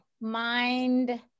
Mind